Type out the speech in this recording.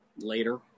Later